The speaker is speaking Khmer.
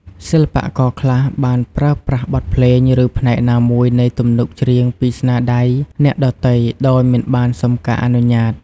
សិល្បករខ្លះបានប្រើប្រាស់បទភ្លេង ឬផ្នែកណាមួយនៃទំនុកច្រៀងពីស្នាដៃអ្នកដទៃដោយមិនបានសុំការអនុញ្ញាត។